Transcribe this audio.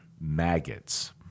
maggots